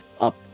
up